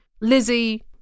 lizzie